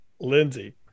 Lindsey